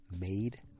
Made